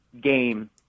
game